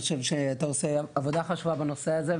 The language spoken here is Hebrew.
אני חושב שאתה עושה עבודה חשובה בנושא הזה,